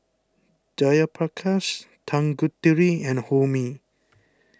Jayaprakash Tanguturi and Homi